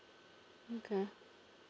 okay